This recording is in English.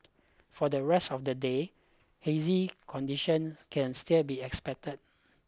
for the rest of the day hazy condition can still be expected